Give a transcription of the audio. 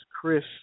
Chris